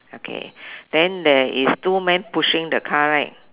okay then there is two men pushing the car right